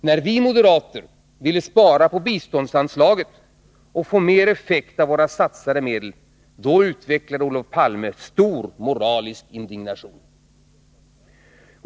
När vi moderater ville spara på biståndsanslaget och få mer effekt av våra satsade medel utvecklade Olof Palme stor moralisk indignation.